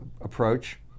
approach